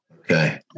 okay